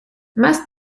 más